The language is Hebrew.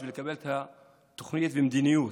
בשביל לקבל תוכנית ומדיניות.